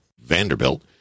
Vanderbilt